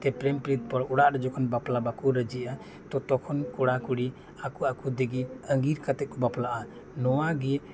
ᱛᱚ ᱯᱨᱮᱢ ᱯᱤᱨᱤᱛ ᱯᱚᱨ ᱚᱲᱟᱜ ᱨᱮ ᱡᱚᱠᱷᱚᱱ ᱵᱟᱯᱞᱟ ᱵᱟᱝᱠᱚ ᱨᱟᱡᱤᱜᱼᱟ ᱛᱚ ᱛᱚᱠᱷᱚᱱ ᱠᱚᱲᱟ ᱠᱩᱲᱤ ᱟᱠᱚ ᱟᱠᱚ ᱛᱮᱜᱮ ᱟᱸᱜᱤᱨ ᱠᱟᱛᱮᱜ ᱠᱚ ᱵᱟᱯᱞᱟᱜᱼᱟ ᱱᱚᱶᱟᱜᱮ